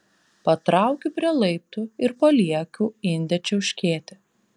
patraukiu prie laiptų ir palieku indę čiauškėti